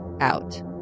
out